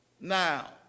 Now